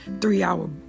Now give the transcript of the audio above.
three-hour